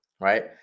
right